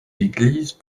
églises